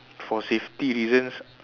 for safety reasons